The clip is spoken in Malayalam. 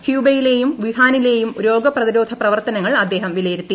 ഹ്യൂബയിലെയും വുഹാനിലെയും രോഗ പ്രതിരോധ പ്രവർത്തനങ്ങൾ അദ്ദേഹം വിലയിരുത്തി